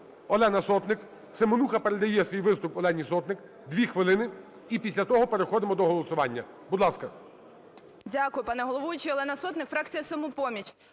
Олена Сотник. Семенуха передає свій виступ Олені Сотник. Дві хвилини. І після того переходимо до голосування. Будь ласка. 17:07:56 СОТНИК О.С. Дякую, пане головуючий. Олена Сотник, фракція "Самопоміч".